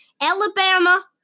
Alabama